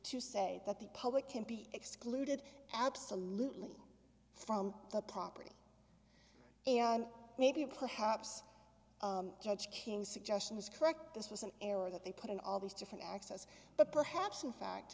to say that the public can be excluded absolutely from the property and maybe apply haps king suggestion is correct this was an error that they put in all these different access but perhaps in fact